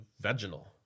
vaginal